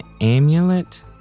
amulet